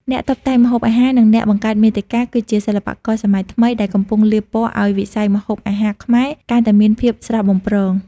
អ្នកតុបតែងម្ហូបអាហារ និងអ្នកបង្កើតមាតិកា គឺជាសិល្បករសម័យថ្មីដែលកំពុងលាបពណ៌ឱ្យវិស័យម្ហូបអាហារខ្មែរកាន់តែមានភាពស្រស់បំព្រង។